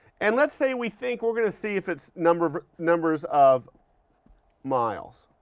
and let's say we think we're going to see if it's numbers of numbers of miles,